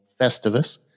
Festivus